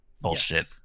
bullshit